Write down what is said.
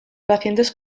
pacientes